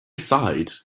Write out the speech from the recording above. side